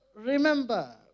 remember